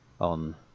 on